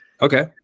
Okay